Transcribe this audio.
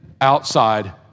outside